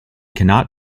cannot